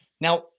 Now